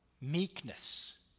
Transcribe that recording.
meekness